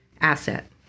asset